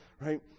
right